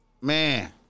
man